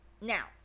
now